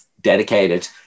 dedicated